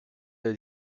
that